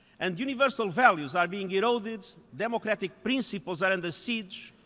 and universal values are being eroded. democratic principles are under siege.